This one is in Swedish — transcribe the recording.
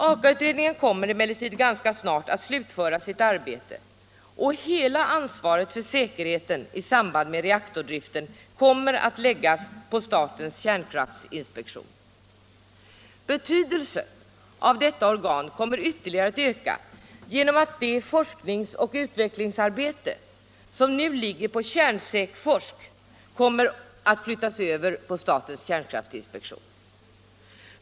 AKA-utredningen kommer emellertid ganska snart att slutföra sitt arbete, och hela ansvaret för säkerheten i samband med reaktordriften kommer att läggas på statens kärnkraftinspektion. Betydelsen av detta organ kommer ytterligare att öka genom att forskningsoch utvecklingsarbete som ligger på Kärnsäkforsk kommer att flyttas över till statens kärnkraftinspektion.